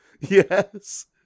Yes